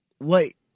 Wait